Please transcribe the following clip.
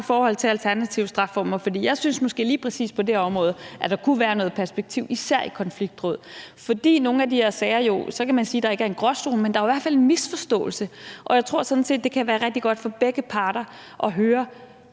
forhold til alternative strafformer. For jeg synes måske lige præcis på det her område at der kunne være noget perspektiv, især i konfliktråd. Man kan sige, at der ikke er en gråzone, men der er i hvert fald en misforståelse, og jeg tror sådan set, det kan være rigtig godt for begge parter at høre,